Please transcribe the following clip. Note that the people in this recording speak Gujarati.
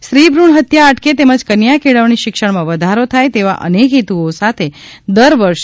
સ્ત્રી ભુણ હત્યા અટકે તેમજ કન્યા કેળવણી શિક્ષણમાં વધારો થાય તેવા અનેક હેતુઓ સાથે દર વર્ષે